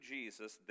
Jesus